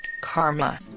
karma